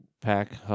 pack